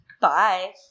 Bye